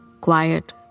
quiet